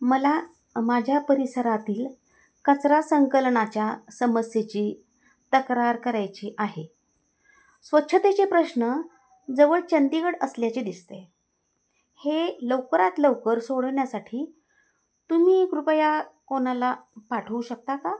मला माझ्या परिसरातील कचरा संकलनाच्या समस्येची तक्रार करायची आहे स्वच्छतेचे प्रश्न जवळ चंदीगड असल्याचे दिसतं आहे हे लवकरात लवकर सोडवण्यासाठी तुम्ही कृपया कोणाला पाठवू शकता का